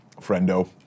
friendo